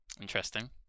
Interesting